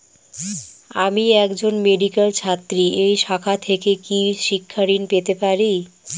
আমি একজন মেডিক্যাল ছাত্রী এই শাখা থেকে কি শিক্ষাঋণ পেতে পারি?